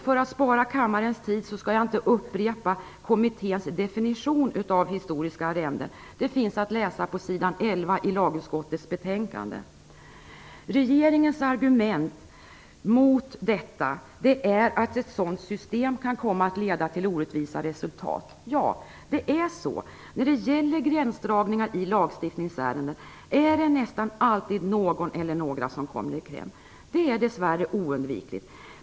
För att spara kammarens tid skall jag inte upprepa kommitténs definition av historiska arrenden - den finns att läsa på sidan 11 i lagutskottets betänkande. Regeringens argument mot detta är att ett sådant system kan komma att leda till orättvisa resultat. Ja, det är så. När det gäller gränsdragningar i lagstiftningsärenden är det nästan alltid någon eller några som kommer i kläm. Det är dess värre oundvikligt.